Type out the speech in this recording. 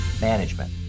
management